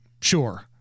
sure